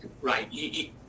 right